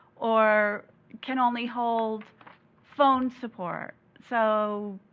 or can only hold phone support. so,